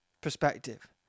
perspective